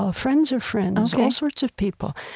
ah friends of friends, all sorts of people.